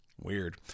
Weird